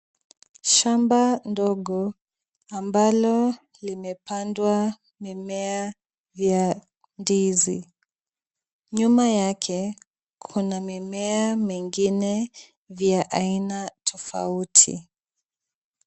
Shamba ndogo ambalo limepandwa mimea ya ndizi. Nyuma yake kuna mimea mingine ya aina tofauti.